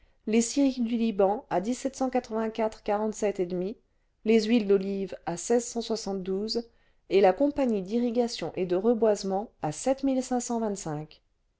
les scieries du liban à les huiles d'olive à et la compagnie d'irrigation et de reboisement à